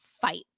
fight